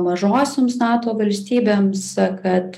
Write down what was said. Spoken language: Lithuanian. mažosioms nato valstybėms kad